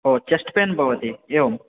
ओ chest pain भवति एवम्